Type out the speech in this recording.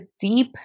deep